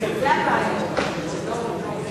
אתה נימקת איזו הצעת חוק?